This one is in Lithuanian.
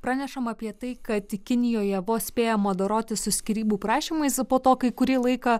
pranešama apie tai kad kinijoje vos spėjama dorotis su skyrybų prašymais po to kai kurį laiką